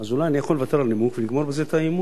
אז אולי אני יכול לוותר על הנימוק ונגמור בזה את האי-אמון,